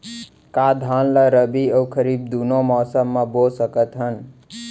का धान ला रबि अऊ खरीफ दूनो मौसम मा बो सकत हन?